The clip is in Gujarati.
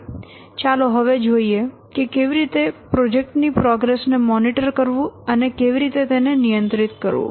હવે ચાલો જોઈએ કે કેવી રીતે પ્રોજેક્ટ ની પ્રોગ્રેસ ને મોનિટર કરવું અને કેવી રીતે તેને નિયંત્રિત કરવું